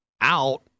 out